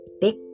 Big